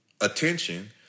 attention